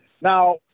Now